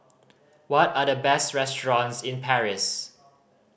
what are the best restaurants in Paris